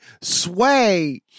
sway